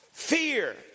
Fear